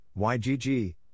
YGG